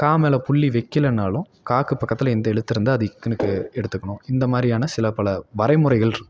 க மேலே புள்ளி வைக்கிலனாலும் காவுக்கு பக்கத்தில் இந்த எழுத்து இருந்தால் இக்குன்னு கே எடுத்துக்கணும் இந்த மாதிரியான சில பல வரைமுறைகளிருக்கு